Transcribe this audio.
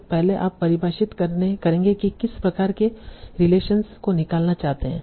तो पहले आप परिभाषित करेंगे की किस प्रकार के रिलेशनस को निकालना चाहते हैं